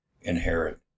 inherit